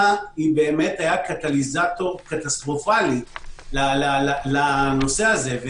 הייתה קטליזטור קטסטרופלי לנושא הזה.